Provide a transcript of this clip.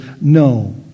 No